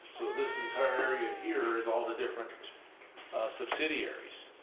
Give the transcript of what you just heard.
so this entire area here is all the different subsidiaries.